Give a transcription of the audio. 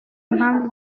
mpamvu